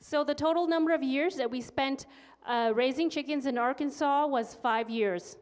so the total number of years that we spent raising chickens in arkansas was five years